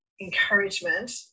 encouragement